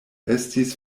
estis